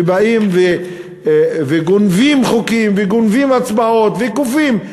שבאים וגונבים חוקים, וגונבים הצבעות וכופים.